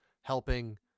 helping